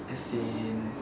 as in